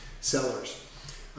sellers